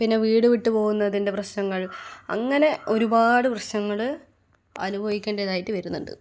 പിന്നെ വീട് വിട്ടു പോവുന്നതിൻ്റെ പ്രശ്നങ്ങൾ അങ്ങനെ ഒരുപാട് പ്രശ്നങ്ങൾ അനുഭവിക്കേണ്ടതായിട്ട് വരുന്നുണ്ട്